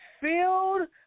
filled